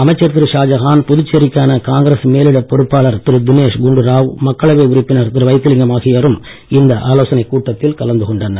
அமைச்சர் திரு ஷாஜகான் புதுச்சேரிக்கான காங்கிரஸ் மேலிடப் பொறுப்பாளர் திரு தினேஷ் குண்டுராவ் மக்களவை உறுப்பினர் திரு வைத்திலிங்கம் ஆகியோரும் இந்த ஆலோசனைக் கூட்டத்தில் கலந்து கொண்டனர்